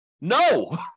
No